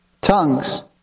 tongues